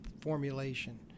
formulation